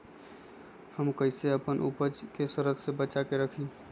हम कईसे अपना उपज के सरद से बचा के रखी?